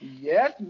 Yes